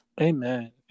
Amen